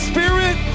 Spirit